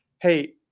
hey